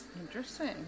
Interesting